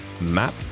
map